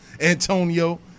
Antonio